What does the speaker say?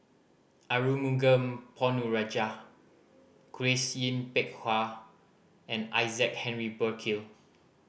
Arumugam Ponnu Rajah Grace Yin Peck Ha and Isaac Henry Burkill